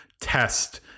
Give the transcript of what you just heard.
test